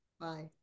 Bye